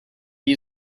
you